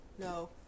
No